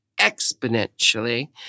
exponentially